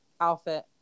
outfit